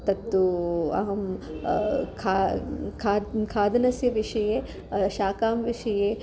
तत्तु अहं खा खाद् खादनस्य विषये शाकां विषये